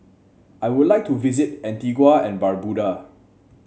I would like to visit Antigua and Barbuda